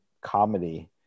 comedy